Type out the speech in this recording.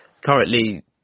currently